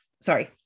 sorry